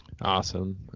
Awesome